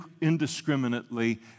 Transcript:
indiscriminately